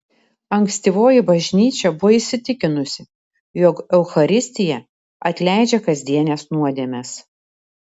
ankstyvoji bažnyčia buvo įsitikinusi jog eucharistija atleidžia kasdienes nuodėmes